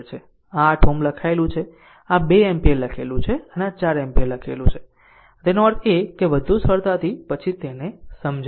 આ 8 Ω લખાયેલું છે અને આ 2 એમ્પીયર લખેલું છે અને આ 4 એમ્પીયર લખ્યું છે કહે છે આમ તેનો અર્થ એ કે વધુ સરળતા પછી તેને સમજાવું